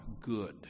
good